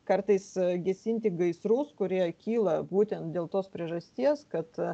kartais gesinti gaisrus kurie kyla būtent dėl tos priežasties kad